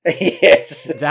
Yes